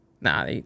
Nah